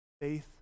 faith